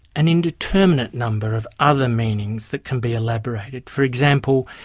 an indeterminate number of other meanings that can be elaborated. for example,